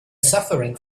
suffering